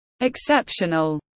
exceptional